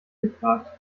gefragt